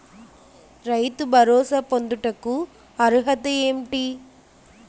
రైతు భరోసా పొందుటకు అర్హత ఏంటి?